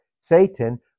Satan